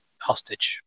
hostage